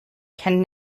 can